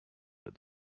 that